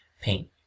paint